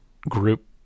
group